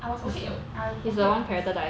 I was okay I'm okay with ross